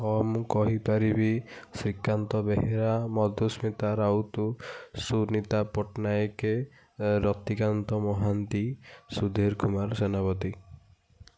ହଁ ମୁଁ କହି ପାରିବି ଶ୍ରୀକାନ୍ତ ବେହେରା ମଧୁସ୍ମିତା ରାଉତ ସୁନୀତା ପଟ୍ଟନାୟକ ରତିକାନ୍ତ ମହାନ୍ତି ସୁଧୀର କୁମାର ସେନାପତି